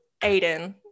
aiden